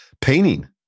painting